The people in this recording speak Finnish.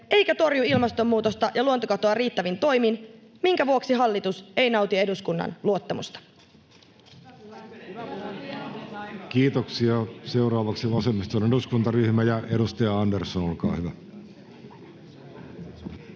eikä torju ilmastonmuutosta ja luontokatoa riittävin toimin, minkä vuoksi hallitus ei nauti eduskunnan luottamusta." Kiitoksia. — Seuraavaksi vasemmiston eduskuntaryhmä, edustaja Andersson, olkaa hyvä.